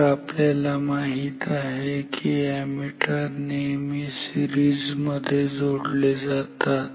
तर आपल्याला माहित आहे कि अॅमीटर हे नेहमी सीरिजमध्ये जोडले जातात